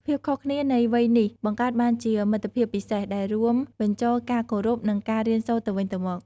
ភាពខុសគ្នានៃវ័យនេះបង្កើតបានជាមិត្តភាពពិសេស ដែលរួមបញ្ចូលការគោរព និងការរៀនសូត្រទៅវិញទៅមក។